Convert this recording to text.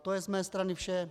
To je z mé strany vše.